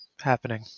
happening